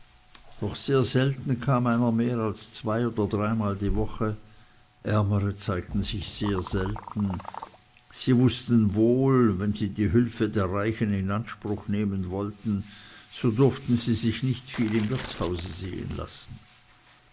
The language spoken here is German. doch sehr selten kam einer mehr als zwei oder dreimal in der woche ärmere zeigten sich sehr selten sie wußten wohl wenn sie die hilfe der reichen in anspruch nehmen wollten so durften sie sich nicht viel im wirtshaus sehen lassen